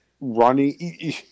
running